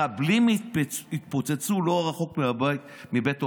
מחבלים התפוצצו לא רחוק מבית הוריי.